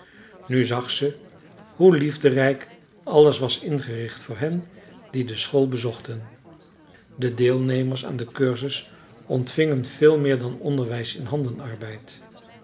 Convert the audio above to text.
nu zag ze hoe liefderijk alles was ingericht voor hen die de school bezochten de deelnemers aan den cursus ontvingen veel meer dan onderwijs in